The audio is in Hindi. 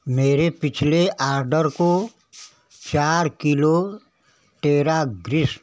मेरे पिछले आर्डर को चार किलो टेरा ग्रीन्स